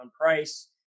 price